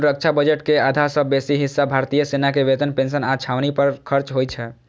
कुल रक्षा बजट के आधा सं बेसी हिस्सा भारतीय सेना के वेतन, पेंशन आ छावनी पर खर्च होइ छै